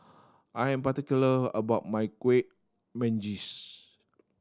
I am particular about my Kueh Manggis